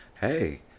Hey